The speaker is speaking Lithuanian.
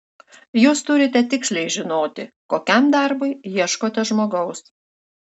jūs turite tiksliai žinoti kokiam darbui ieškote žmogaus